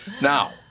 now